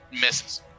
misses